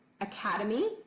Academy